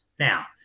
Now